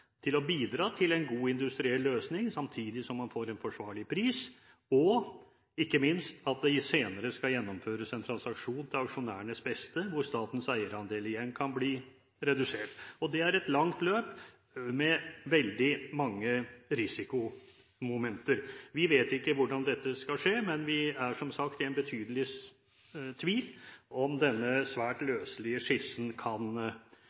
til å bidra til en god industriell løsning, samtidig som man får en forsvarlig pris, og ikke minst at det senere skal gjennomføres en transaksjon til aksjonærenes beste hvor statens eierandel igjen kan bli redusert. Det er et langt løp med veldig mange risikomomenter. Vi vet ikke hvordan dette skal skje, men vi er som sagt i betydelig tvil om denne svært løselige skissen kan